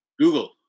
Google